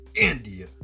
India